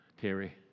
Terry